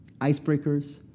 icebreakers